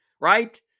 right